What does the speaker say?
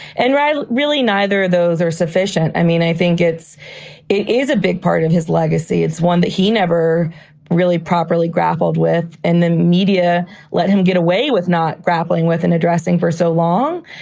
and really neither those are sufficient. i mean, i think it's it is a big part of his legacy. it's one that he never really properly grappled with and the media let him get away with, not grappling with and addressing for so long.